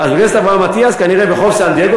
"אברהם אטיאס" כנראה ברחוב סן-דייגו.